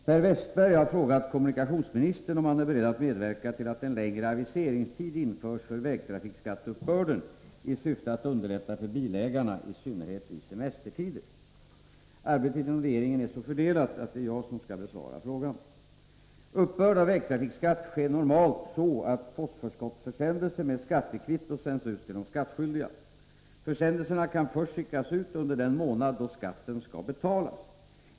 Herr talman! Per Westerberg har frågat kommunikationsministern om han är beredd att medverka till att en längre aviseringstid införs för vägtrafikskatteuppbörden i syfte att underlätta för bilägarna i synnerhet i semestertider. Arbetet inom regeringen är så fördelat att det är jag som skall besvara frågan. Uppbörd av vägtrafikskatt sker normalt så, att postförskottsförsändelser med skattekvitto sänds till de skattskyldiga. Försändelserna kan skickas ut först under den månad då skatten skall betalas.